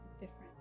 different